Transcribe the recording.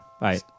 Bye